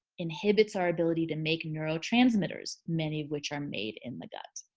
inhibits our ability to make neurotransmitters many of which are made in the gut.